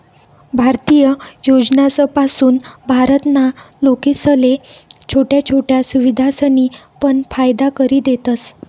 भारतीय योजनासपासून भारत ना लोकेसले छोट्या छोट्या सुविधासनी पण फायदा करि देतस